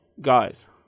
guys